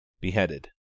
Beheaded